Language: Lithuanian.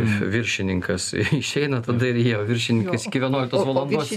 viršininkas išeina tada ir jie o viršininkas iki vienuoliktos valandos